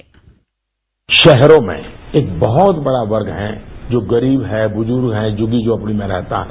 bite शहरों में एक बहुत बड़ा वर्ग है जो गरीब है बुजुर्ग है झुग्गी झोपड़ी में रहता है